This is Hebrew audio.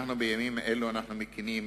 בימים אלה אנחנו מתקינים